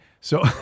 So-